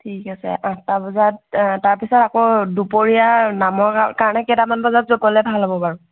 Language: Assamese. ঠিক আছে আঠটা বজাত তাৰ পাছত আকৌ দুপৰীয়া নামৰ কাৰণে কেইটামান বজাত গ'লে ভাল হ'ব বাৰু